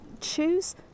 choose